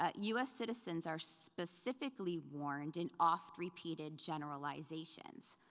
ah us citizens are specifically warned in oft-repeated generalizations.